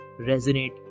resonate